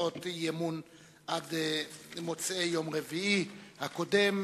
אם הוגשו הצעות אי-אמון עד מוצאי יום רביעי הקודם,